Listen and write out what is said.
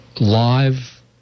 live